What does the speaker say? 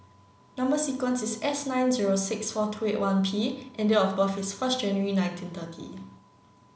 number sequence is S nine zero six four two eight one P and date of birth is first January nineteen thirty